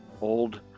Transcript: old